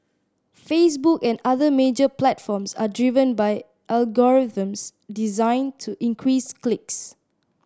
Facebook and other major platforms are driven by algorithms designed to increase clicks